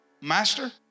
Master